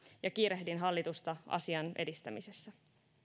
ja kiirehdin hallitusta asian edistämisessä